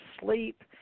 sleep